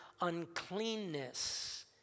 uncleanness